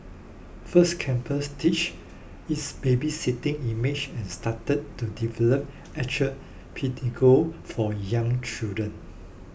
First Campus ditched its babysitting image and started to develop actual pedagogue for young children